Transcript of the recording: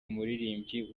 umuririmbyi